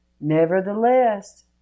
Nevertheless